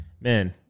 man